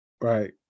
right